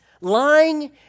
lying